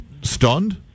stunned